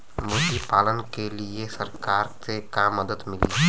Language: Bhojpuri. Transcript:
मुर्गी पालन के लीए सरकार से का मदद मिली?